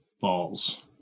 balls